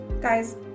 Guys